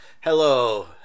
Hello